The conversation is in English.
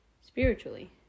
spiritually